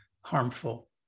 harmful